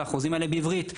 והחוזים האלה בעברית.